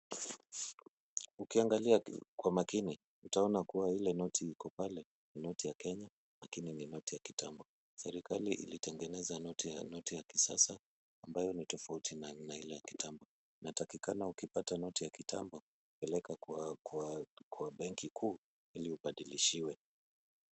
Ukiangalia kwa makini utaona kuwa ile noti iko pale ni noti ya Kenya lakini ni noti ya kitambo. Serekali ilitengeneza noti ya kisasa ambayo ni tofauti na ile ya kitambo. Inatakikana ukipata noti ya kitambo, peleka kwa benki kuu ili ubadilishiwe.